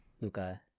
Luca